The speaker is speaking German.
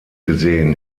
gesehen